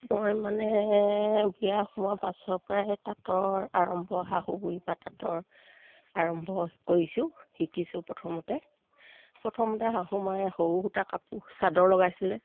মই মানে বিয়া সোমোৱা পাছৰ পৰাই তাঁতৰ আৰম্ভ শাহু বুঢ়ি বা তাঁতৰ আৰম্ভ কৰিছোঁ শিকিছোঁ প্ৰথমতে প্ৰথমতে শাহুমায়ে সৰু সূতা কাপোৰ চাদৰ লগাইছিলে